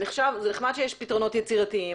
זה נחמד שיש פתרונות יצירתיים,